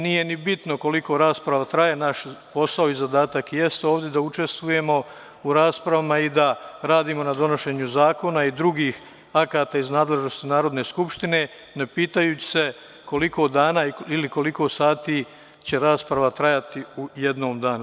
Nije ni bitno koliko rasprava traje, naš posao i zadatak jeste da ovde učestvujemo u raspravama i da radimo na donošenju zakona i drugih akata iz nadležnosti Narodne skupštine, ne pitajući se koliko dana ili koliko sati će rasprava trajati u jednom danu.